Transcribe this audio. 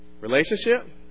relationship